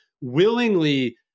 willingly